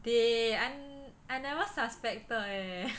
they I I never suspected eh